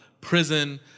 prison